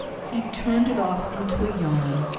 he turned it off into a yawn,